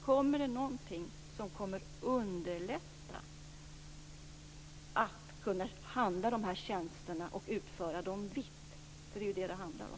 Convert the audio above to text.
Kommer det någonting som gör det lättare att köpa dessa tjänster och utföra dem vitt, för det är ju det som det handlar om.